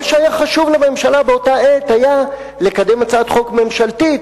מה שהיה חשוב לממשלה באותה עת היה לקדם הצעת חוק ממשלתית,